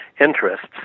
interests